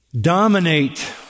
dominate